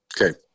Okay